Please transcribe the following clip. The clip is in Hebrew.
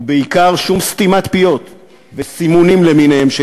ובעיקר שום סתימת פיות וסימונים למיניהם של